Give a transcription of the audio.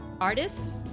artist